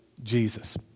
Jesus